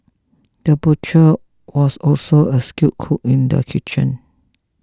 the butcher was also a skilled cook in the kitchen